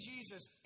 Jesus